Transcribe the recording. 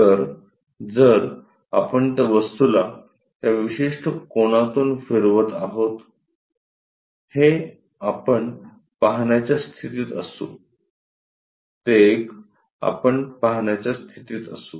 तर जर आपण त्या वस्तूला त्या विशिष्ट कोनातून फिरवत आहोत हे आपण पाहण्याच्या स्थितीत असू ते एक आपण पाहण्याच्या स्थितीत असू